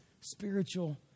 spiritual